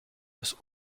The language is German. das